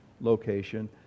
location